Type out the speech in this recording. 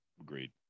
agreed